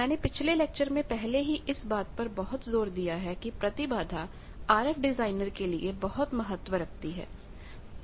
मैंने पिछले लेक्चर में पहले ही इस बात पर बहुत जोर दिया है कि प्रतिबाधा impedanceइम्पीडेन्स आरएफ डिजाइनर के लिए बहुत महत्व रखती है